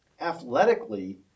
athletically